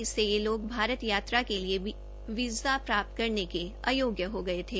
इसमें वे लोग भारत यात्रा के लिए बीज़ा प्राप्त करने के अयोग्य हो गये थे